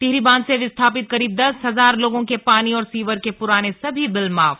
टिहरी बांध से विस्थपित करीब दस हजार लोगों के पानी और सीवर के पुराने सभी बिल माफ